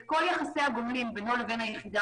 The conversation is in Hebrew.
את כל יחסי הגומלין בינו לבין היחידה